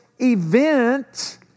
event